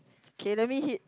okay let me hit